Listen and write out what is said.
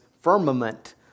firmament